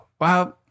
wow